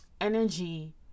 energy